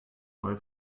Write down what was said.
neue